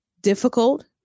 difficult